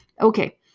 Okay